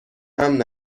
امن